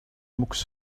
mucks